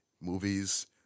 movies